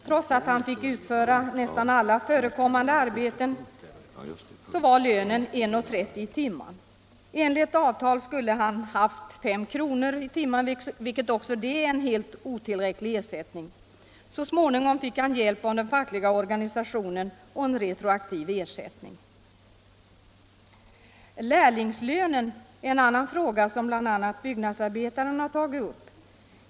Trots att han fick utföra nästan alla förekommande arbeten var lönen 1:30 i timmen. Enligt avtal skulle han ha haft 5 kr. i timmen, vilket också det är en otillräcklig ersättning. Så småningom fick han hjälp av den fackliga organisationen och retroaktiv ersättning. Lärlingslönen är en fråga som bl.a. Byggnadsarbetaren har tagit upp.